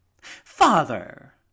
Father